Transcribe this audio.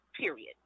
period